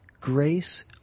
grace